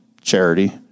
charity